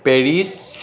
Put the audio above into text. Paris